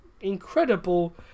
incredible